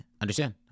understand